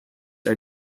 are